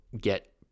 get